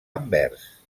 anvers